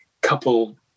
couple